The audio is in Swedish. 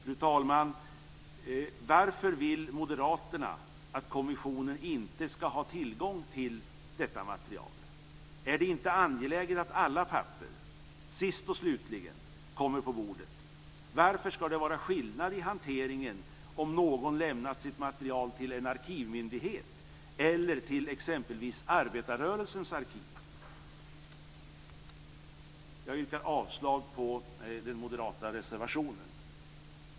Fru talman! Varför vill moderaterna att kommissionen inte ska ha tillgång till detta material? Är det inte angeläget att alla papper sist och slutligen kommer på bordet? Varför ska det vara skillnad i hanteringen om någon lämnar sitt material till en arkivmyndighet eller exempelvis Arbetarrörelsens arkiv? Jag yrkar avslag på den moderata reservationen.